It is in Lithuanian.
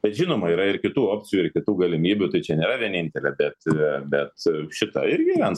bet žinoma yra ir kitų opcijų ir kitų galimybių tai čia nėra vienintelė bet aaa bet šita irgi ant